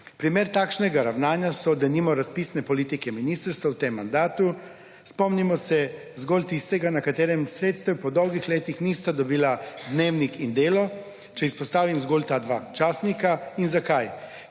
Primer takšnega ravnanja so denimo razpisne politike ministrstev v tem mandatu. Spomnimo se zgolj tistega, na katerem sredstev po dolgih letih nista dobila Dnevnik in Delo, če izpostavim zgolj ta dva časnika in zakaj,